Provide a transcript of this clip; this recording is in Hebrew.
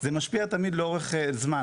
זה משפיע תמיד לאורך זמן.